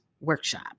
Workshop